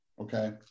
okay